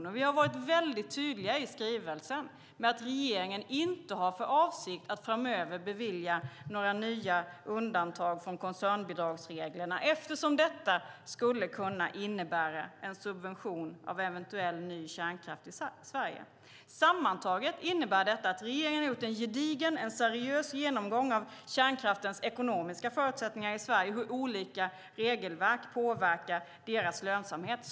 I skrivelsen har vi varit väldigt tydliga med att regeringen inte har för avsikt att framöver bevilja några nya undantag från koncernbidragsreglerna eftersom det skulle kunna innebära en subvention av eventuell ny kärnkraft i Sverige. Sammantaget innebär detta att regeringen har gjort en gedigen och seriös genomgång av kärnkraftens ekonomiska förutsättningar i Sverige och av hur olika regelverk påverkar lönsamheten.